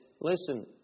listen